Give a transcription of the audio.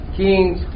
kings